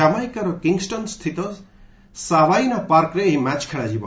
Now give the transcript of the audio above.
ଜାମାଇକାର କିଙ୍ଗଷ୍ଟନ୍ସ୍ଥିତ ସାବାଇନା ପାର୍କରେ ଏହି ମ୍ୟାଚ ଖେଳାଯିବ